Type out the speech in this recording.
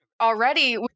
already